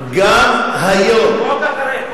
חוק אחרי חוק,